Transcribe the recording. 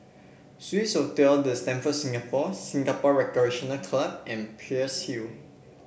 Swissotel The Stamford Singapore Singapore Recreation Club and Peirce Hill